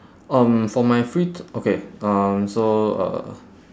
um for my free t~ okay um so uh